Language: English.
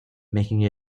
making